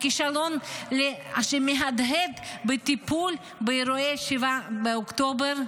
הכישלון המהדהד בטיפול באירועי 7 באוקטובר.